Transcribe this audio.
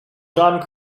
gone